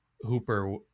Hooper